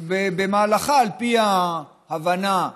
שבמהלכה, על פי ההבנה,